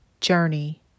journey